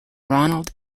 ronald